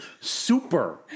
super